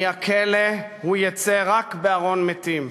מהכלא הוא יצא רק בארון מתים.